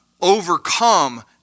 overcome